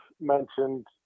mentioned